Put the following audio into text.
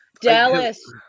Dallas